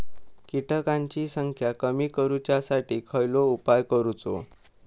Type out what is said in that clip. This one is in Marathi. किटकांची संख्या कमी करुच्यासाठी कसलो उपाय करूचो?